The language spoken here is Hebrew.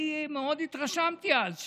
אני מאוד התרשמתי אז.